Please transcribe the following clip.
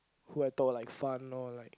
who I thought were like fun or like